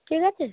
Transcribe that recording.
ঠিক আছে